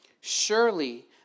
Surely